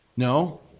No